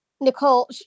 nicole